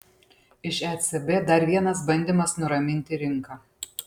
iš ecb dar vienas bandymas nuraminti rinką